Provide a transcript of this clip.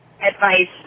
advice